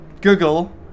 Google